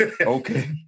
Okay